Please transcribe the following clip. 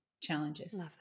challenges